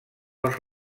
als